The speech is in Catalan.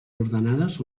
ordenades